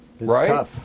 right